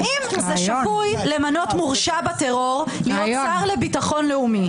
האם זה שפוי למנות מורשע בטרור להיות שר לביטחון לאומי?